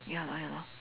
ya lor ya lor